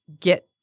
get